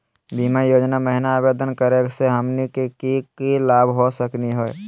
बीमा योजना महिना आवेदन करै स हमनी के की की लाभ हो सकनी हे?